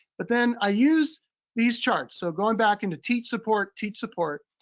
but then i used these charts. so going back into teach, support, teach, support.